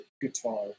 guitar